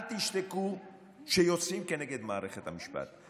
אל תשתקו כשיוצאים כנגד מערכת המשפט.